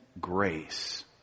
grace